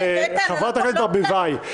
חברת הכנסת ברביבאי,